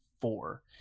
four